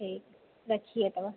ठीक रखिए तब